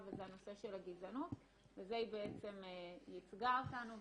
וזה הנושא של הגזענות ובזה היא בעצם ייצגה אותנו.